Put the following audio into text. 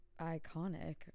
iconic